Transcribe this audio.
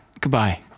goodbye